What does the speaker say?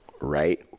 right